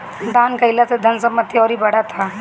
दान कईला से धन संपत्ति अउरी बढ़त ह